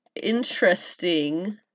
interesting